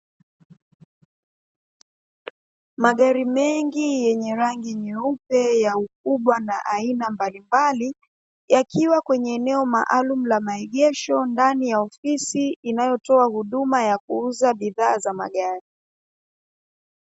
Magari mengi yenye rangi nyeupe ya ukubwa na aina mbalimbali, yakiwa kwenye eneo maalumu la maegesho ndani ya ofisi inayotoa huduma ya kuuza bidhaa za magari.